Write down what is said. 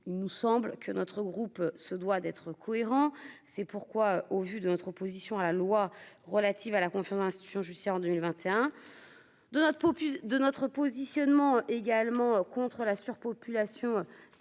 il nous semble que notre groupe se doit d'être cohérent, c'est pourquoi, au vu de notre opposition à la loi relative à la confiance dans l'institution judiciaire en 2021 de notre peau de notre positionnement également contre la surpopulation